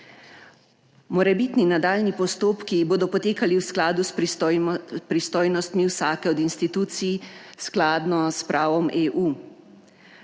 Morebitni nadaljnji postopki bodo potekali v skladu s pristojnostmi vsake od institucij, skladno s pravom EU.